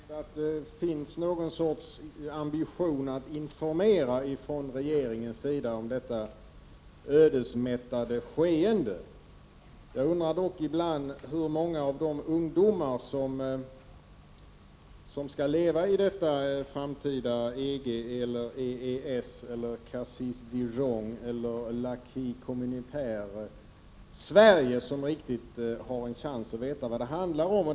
Herr talman! Det är tacknämligt att det finns någon form av ambition att informera ifrån regeringens sida om detta ödesmättade skeende. Jag undrar dock ibland hur många av de ungdomar som i framtiden skall leva i ett Sverige som präglas av EG, EES, Cassis de Dijon eller acquis communautaire som har en riktig chans att få veta vad det handlar om.